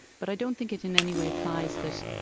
but i don't think it in any way applies that